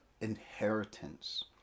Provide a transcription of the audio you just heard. Inheritance